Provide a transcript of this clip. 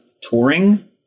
touring